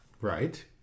Right